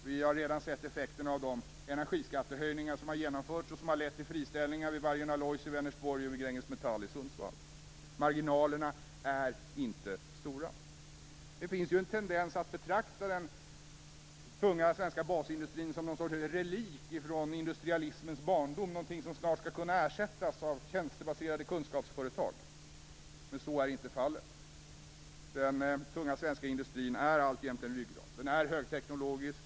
Vi har redan sett effekterna av de energiskattehöjningar som har genomförts och som har lett till friställningar vid Metall i Sundsvall. Marginalerna är inte stora. Det finns en tendens att betrakta den tunga svenska basindustrin som någon sorts relik från industrialismens barndom, som någonting som snart skall kunna ersättas av tjänstebaserade kunskapsföretag. Men så är inte fallet. Den tunga svenska industrin är alltjämt en ryggrad. Den är högteknologisk.